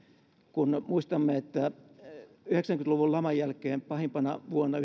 kun muistamme että yhdeksänkymmentä luvun laman jälkeen pahimpana vuonna